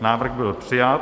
Návrh byl přijat.